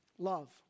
Love